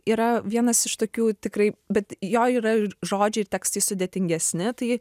yra vienas iš tokių tikrai bet jo yra ir žodžiai ir tekstai sudėtingesni tai